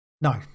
no